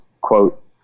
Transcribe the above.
quote